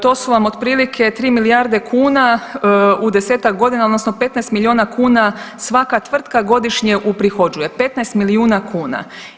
To su vam otprilike 3 milijarde kuna u desetak godina, odnosno 15 milijuna kuna svaka tvrtka godišnje uprihođuje 15 milijuna kuna.